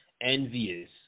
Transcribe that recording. envious